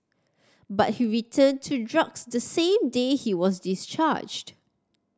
but he returned to drugs the same day he was discharged